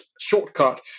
shortcut